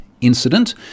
incident